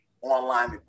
online